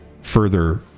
further